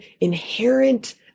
inherent